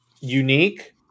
unique